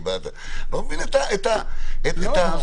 וגם אם אני אסביר את זה מאה פעמים זה